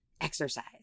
exercise